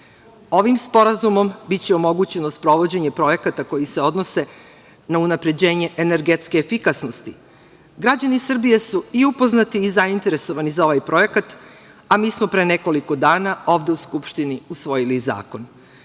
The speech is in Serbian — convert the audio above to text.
Ovim sporazumom biće omogućeno sprovođenje projekata koji se odnose na unapređenje energetske efikasnosti. Građani Srbije su i upoznati i zainteresovani za ovaj projekat, a mi smo pre nekoliko dana ovde u Skupštini usvojili zakon.